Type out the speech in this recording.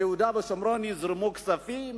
ביהודה ושומרון יזרמו כספים,